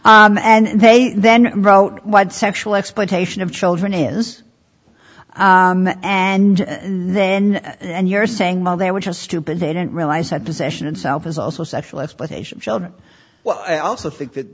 france and they then wrote sexual exploitation of children is and then and you're saying well they were just stupid they didn't realize that possession itself is also sexual exploitation of children well i also think that